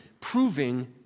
proving